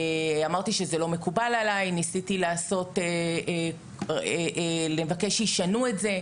אמרתי שזה לא מקובל עליי וניסיתי לבקש שישנו את זה.